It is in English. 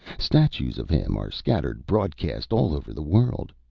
statues of him are scattered broad-cast all over the world.